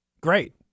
great